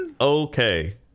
okay